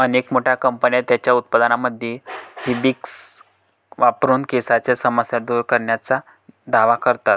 अनेक मोठ्या कंपन्या त्यांच्या उत्पादनांमध्ये हिबिस्कस वापरून केसांच्या समस्या दूर करण्याचा दावा करतात